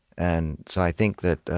and so i think that